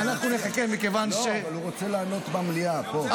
הוא רוצה לענות במליאה, פה.